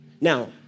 Now